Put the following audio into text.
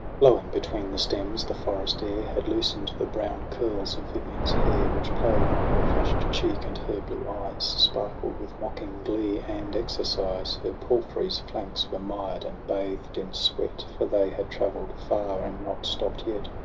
blowing between the stems, the forest-air had loosen'd the brown curls of vivian's hair, which play'd on her flush'd cheek, and her blue eyes sparkled with mocking glee and exercise. her palfrey's flanks were mired and bathed in sweat, for they had travell'd far and not stopp'd yet.